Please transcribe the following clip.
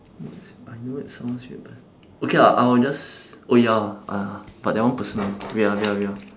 what's sounds weird but okay lah I will just oh ya hor uh but that one personal wait ah wait ah wait ah